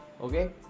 Okay